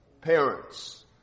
parents